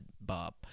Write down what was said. Bob